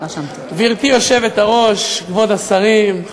גברתי היושבת-ראש, כבוד השרים, חברותי,